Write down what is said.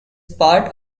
part